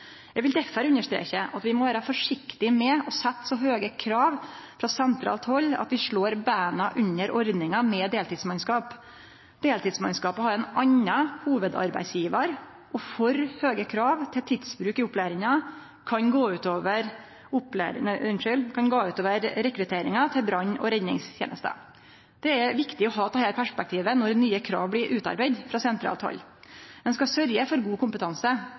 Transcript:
Eg vil derfor understreke at vi må vere forsiktige med å setje så høge krav frå sentralt hald at vi slår beina under ordninga med deltidsmannskap. Deltidsmannskapa har ein annan hovudarbeidsgjevar, og for høge krav til tidsbruk i opplæringa kan gå ut over rekrutteringa til brann- og redningstenesta. Det er viktig å ha dette perspektivet når nye krav blir utarbeidde frå sentralt hald. Ein skal sørgje for god kompetanse